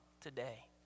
today